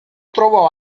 trovò